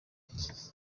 nzi